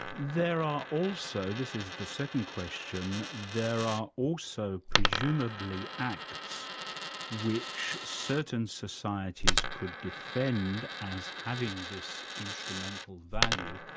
there are also, this is the second question, there are also presumably acts which certain societies could defend as having this instrumental value,